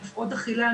הפרעות אכילה,